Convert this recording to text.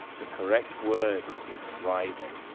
the correct word, is writhing.